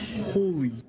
Holy